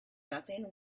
nothing